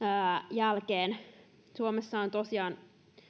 jälkeen suomessahan tosiaan